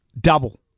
Double